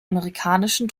amerikanischen